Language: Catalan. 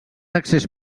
accés